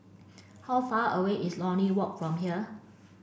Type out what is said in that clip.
how far away is Lornie Walk from here